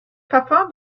parfüm